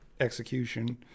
execution